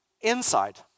inside